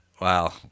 Wow